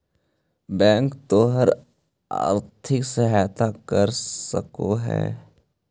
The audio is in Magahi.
बैंक तोर आर्थिक सहायता कर सकलो हे